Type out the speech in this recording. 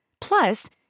Plus